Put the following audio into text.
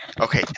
Okay